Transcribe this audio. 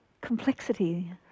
complexity